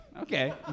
Okay